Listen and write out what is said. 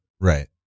Right